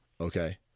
Okay